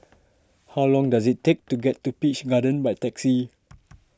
how long does it take to get to Peach Garden by taxi